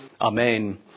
Amen